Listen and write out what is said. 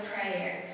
prayer